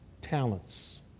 talents